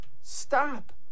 stop